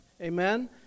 amen